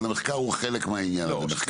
אבל המחקר הוא חלק מהעניין הזה.